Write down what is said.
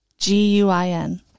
G-U-I-N